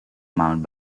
mound